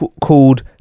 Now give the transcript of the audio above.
called